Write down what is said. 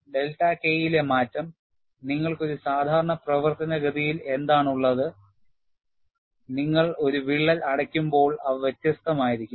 delta K യിലെ മാറ്റം നിങ്ങൾക്ക് ഒരു സാധാരണ പ്രവർത്തന ഗതിയിൽ എന്താണുള്ളത് നിങ്ങൾ ഒരു വിള്ളൽ അടയ്ക്കുമ്പോൾ അവ വ്യത്യസ്തമായിരിക്കും